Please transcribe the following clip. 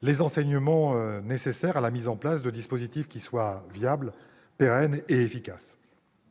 les enseignements nécessaires à la mise en place de dispositifs qui soient viables, pérennes et efficaces.